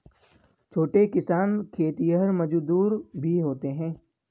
छोटे किसान खेतिहर मजदूर भी होते हैं